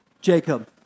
Jacob